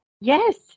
Yes